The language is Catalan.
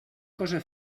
cosa